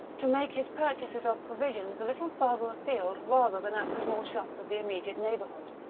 to make his purchases of provisions a little farther afield rather than at the small shops of the immediate neighbourhood.